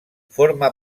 forma